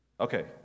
okay